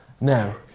now